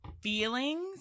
feelings